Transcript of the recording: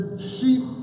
sheep